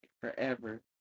forever